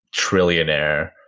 trillionaire